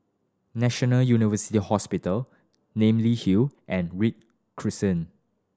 National University Hospital Namly Hill and Read Crescent